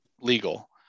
legal